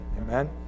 Amen